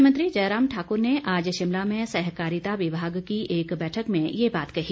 मुख्यमंत्री जयराम ठाकुर ने आज शिमला में सहकारिता विभाग की एक बैठक में ये बात कही